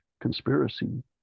conspiracy